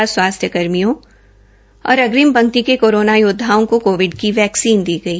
र स्वास्थ्य कर्मियों और अंग्रिम पंक्ति के कोरोना योदधाओं को कोविड की वैक्सीन दी गई